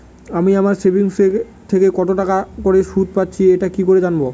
আমি আমার সেভিংস থেকে কতটাকা করে সুদ পাচ্ছি এটা কি করে জানব?